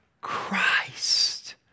Christ